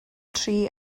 tri